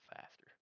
faster